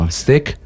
stick